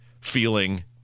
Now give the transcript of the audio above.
feeling